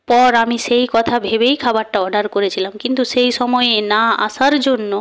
পর আমি সেই কথা ভেবেই খাবারটা অর্ডার করেছিলাম কিন্তু সেই সময়ে না আসার জন্য